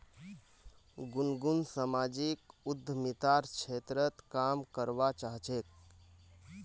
गुनगुन सामाजिक उद्यमितार क्षेत्रत काम करवा चाह छेक